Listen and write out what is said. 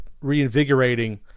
reinvigorating